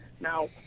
Now